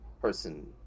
person